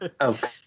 Okay